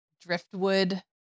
driftwood